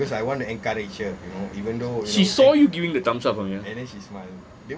she saw you giving the thumbs up from here